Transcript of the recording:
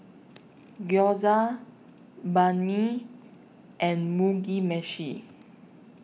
Gyoza Banh MI and Mugi Meshi